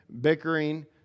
bickering